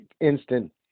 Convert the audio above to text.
instant